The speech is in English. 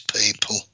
people